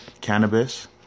cannabis